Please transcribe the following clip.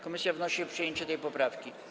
Komisja wnosi o przyjęcie tej poprawki.